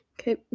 Okay